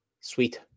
sweet